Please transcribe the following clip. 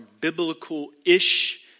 biblical-ish